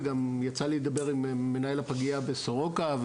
וגם יצא לי לדבר עם מנהל הפגייה בסורוקה.